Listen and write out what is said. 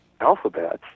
alphabets